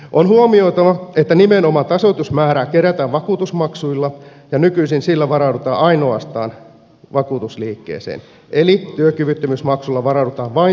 on huomioitava että nimenomaan tasoitusmäärä kerätään vakuutusmaksuilla ja nykyisin sillä varaudutaan ainoastaan vakuutusliikkeeseen eli työkyvyttömyysmaksulla varaudutaan vain työkyvyttömyysmenoihin